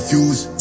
Fuse